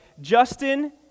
Justin